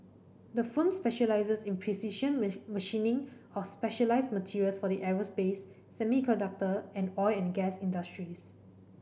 the firm specialises in precision machining of specialised materials for the aerospace semiconductor and oil and gas industries